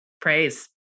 Praise